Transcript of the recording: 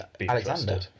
Alexander